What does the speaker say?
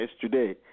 today